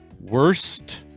Worst